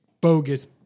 bogus